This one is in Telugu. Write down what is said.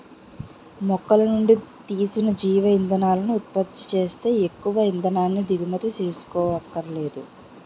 మొక్కలనుండి తీసిన జీవ ఇంధనాలను ఉత్పత్తి సేత్తే ఎక్కువ ఇంధనాన్ని దిగుమతి సేసుకోవక్కరనేదు